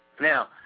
Now